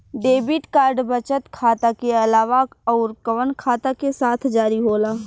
Debit card बचत खाता के अलावा अउरकवन खाता के साथ जारी होला?